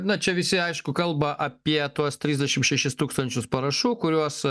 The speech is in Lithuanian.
na čia visi aišku kalba apie tuos trisdešim šešis tūkstančius parašų kuriuos